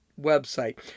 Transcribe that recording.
website